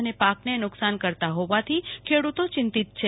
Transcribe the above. અને પાકને નુકસાનકર્તા હોવાથી ખેડુતો ચિંતિત્ છે